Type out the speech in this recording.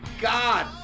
god